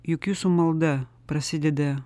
juk jūsų malda prasideda